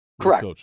Correct